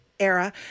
era